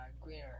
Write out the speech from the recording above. Greener